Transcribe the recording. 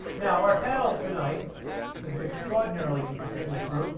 now our panel tonight is an extraordinary distinguished group